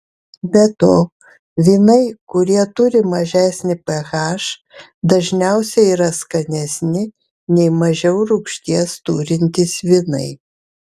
be to vynai kurie turi mažesnį ph dažniausiai yra skanesni nei mažiau rūgšties turintys vynai